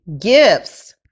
gifts